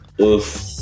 Oof